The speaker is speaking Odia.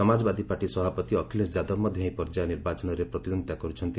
ସମାଜବାଦୀ ପାର୍ଟି ସଭାପତି ଅଖିଳେଶ ଯାଦବ ମଧ୍ୟ ଏହି ପର୍ଯ୍ୟାୟ ନିର୍ବାଚନରେ ପ୍ରତିଦ୍ୱନ୍ଦିତା କର୍ଚ୍ଛନ୍ତି